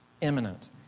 imminent